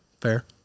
Fair